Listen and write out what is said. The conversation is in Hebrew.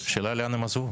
השאלה היא לאן הם עזבו.